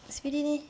speedy ni